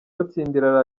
batsindira